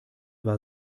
war